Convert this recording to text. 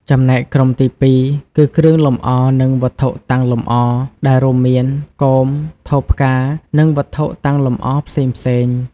ចំណែកក្រុមទីពីរគឺ គ្រឿងលម្អ និងវត្ថុតាំងលម្អ ដែលរួមមាន គោម ថូផ្កា និងវត្ថុតាំងលម្អផ្សេងៗ។